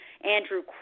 Andrew